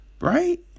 right